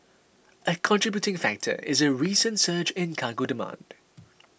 a contributing factor is a recent surge in cargo demand